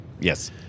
Yes